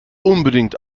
unbedingt